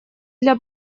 для